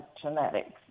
genetics